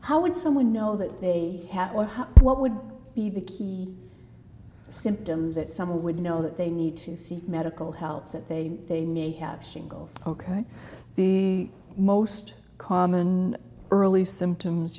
how would someone know that they had one what would be the key symptoms that someone would know that they need to seek medical help that they have shingles ok the most common early symptoms